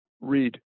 Read